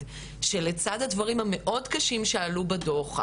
- שלצד הדברים המאוד קשים שעלו בדוח,